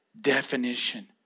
definition